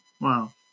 wow